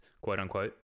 quote-unquote